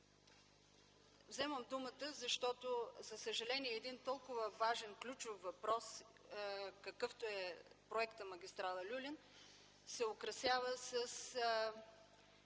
Вземам думата, защото, за съжаление, един толкова важен, ключов въпрос, какъвто е проектът на магистрала „Люлин”, се украсява -